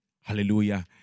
Hallelujah